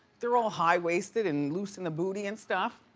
they're all high waisted and loose in the booty and stuff.